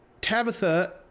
Tabitha